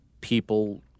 people